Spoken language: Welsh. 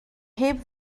heb